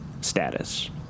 status